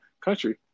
country